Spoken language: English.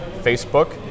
Facebook